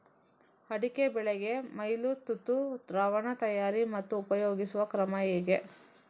ಅಡಿಕೆ ಬೆಳೆಗೆ ಮೈಲುತುತ್ತು ದ್ರಾವಣ ತಯಾರಿ ಮತ್ತು ಉಪಯೋಗಿಸುವ ಕ್ರಮ ಹೇಗೆ?